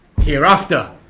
hereafter